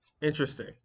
Interesting